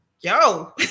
yo